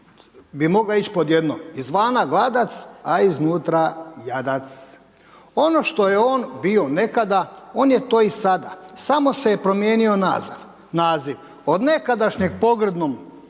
bi mogla ići pod jedno, izvana gladac a iznutra jadac. Ono što je on bio nekada, on je to i sada, samo se je promijenio naziv. Od nekadašnjeg pogrdnog